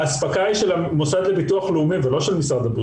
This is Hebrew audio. האספקה היא של המוסד לביטוח לאומי ולא של משרד הבריאות.